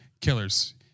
Killers